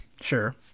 Sure